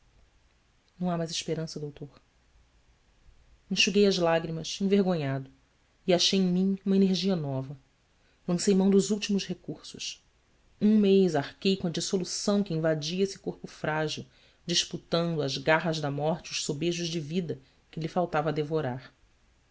não há mais esperança doutor enxuguei as lágrimas envergonhado e achei em mim uma energia nova lancei mão dos últimos recursos um mês arquei com a dissolução que invadia esse corpo frágil disputando às garras da morte os sobejos de vida que lhe faltava devorar